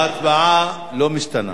ההצבעה לא משתנה.